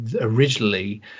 originally